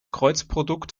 kreuzprodukt